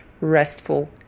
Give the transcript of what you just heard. restful